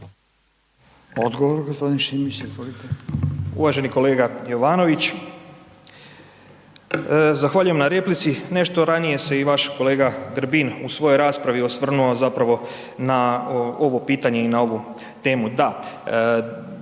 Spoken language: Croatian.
Odgovor gospodin Šimić, izvolite.